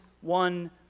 one